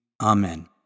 Amen